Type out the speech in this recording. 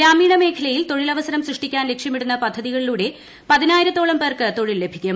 ഗ്രാമീണ മേഖലയിൽ തൊഴിലവസരം സൃഷ്ടിക്കാൻ ലക്ഷ്യമിടുന്ന പദ്ധതികളിലൂടെ പതിനയ്യായിരത്തോളം പേർക്ക് തൊഴിൽ ലഭിക്കും